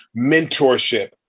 mentorship